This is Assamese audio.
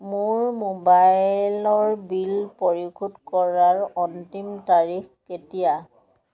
মোৰ ম'বাইলৰ বিল পৰিশোধ কৰাৰ অন্তিম তাৰিখ কেতিয়া